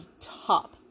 top